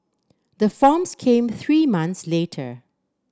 the forms came three months later